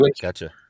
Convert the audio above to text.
Gotcha